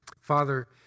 Father